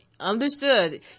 Understood